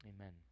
amen